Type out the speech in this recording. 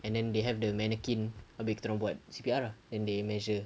and then they have the mannequin habis kena buat C_P_R lah then they measure